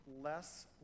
less